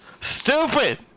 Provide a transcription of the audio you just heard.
Stupid